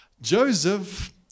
Joseph